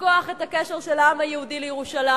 לשכוח את הקשר של העם היהודי לירושלים,